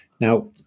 Now